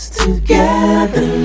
together